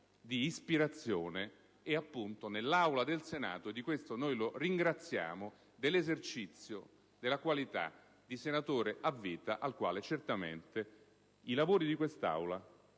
di ispirazione. Proprio di questo, nell'Aula del Senato, lo ringraziamo: dell'esercizio della qualità di senatore a vita al quale certamente i lavori di quest'Aula